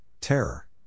terror